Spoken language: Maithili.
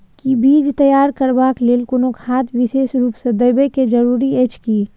कि बीज तैयार करबाक लेल कोनो खाद विशेष रूप स देबै के जरूरी अछि की?